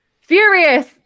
furious